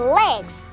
legs